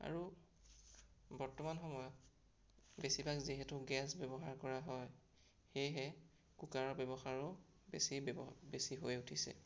আৰু বৰ্তমান সময়ত বেছিভাগ যিহেতু গেছ ব্যৱহাৰ কৰা হয় সেয়েহে কুকাৰৰ ব্যৱহাৰো বেছি বে বেছি হৈ উঠিছে